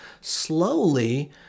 slowly